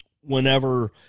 Whenever